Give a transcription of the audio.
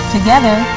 Together